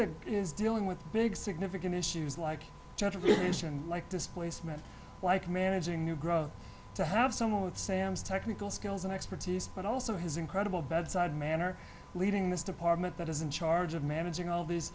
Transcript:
that is dealing with big significant issues like education like displacement like managing new growth to have someone with sam's technical skills and expertise but also his incredible bedside manner leading this department that is in charge of managing all these